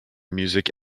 music